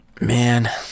man